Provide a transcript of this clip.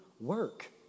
work